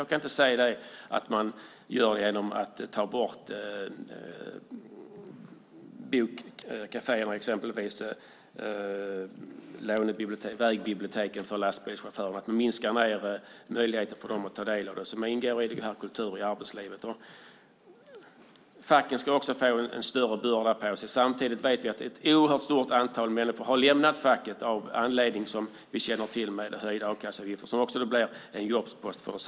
Jag kan inte se att man bidrar till det genom att ta bort bokkaféerna och vägbiblioteken för lastbilschaufförerna och minska möjligheten för dem att ta del av det som ingår i Kultur i arbetslivet. Facken ska också få en större börda. Samtidigt har ett oerhört stort antal människor lämnat facket av en anledning till som vi känner till, höjda a-kasseavgifter, som också blir en jobspost för dem.